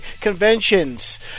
conventions